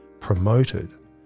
promoted